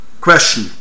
Question